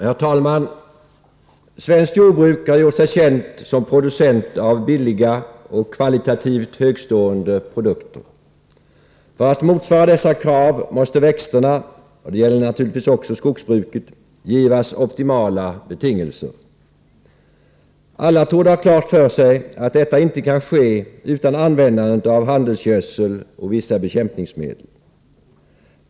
Herr talman! Svenskt jordbruk har gjort sig känt som producent av billiga och kvalitativt högtstående produkter. För att motsvara dessa krav måste växterna, och det gäller naturligtvis också skogsbruket, givas optimala betingelser. Alla torde ha klart för sig att detta inte kan ske utan användandet av handelsgödsel och vissa bekämpningsmedel.